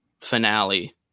finale